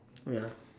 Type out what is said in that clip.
oh ya